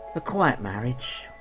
a quiet marriage.